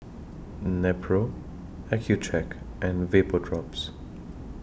Nepro Accucheck and Vapodrops